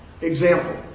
Example